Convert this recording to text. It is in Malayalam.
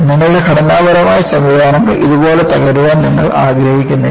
നിങ്ങളുടെ ഘടനാപരമായ സംവിധാനങ്ങൾ ഇതുപോലെ തകരാൻ നിങ്ങൾ ആഗ്രഹിക്കുന്നില്ല